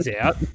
out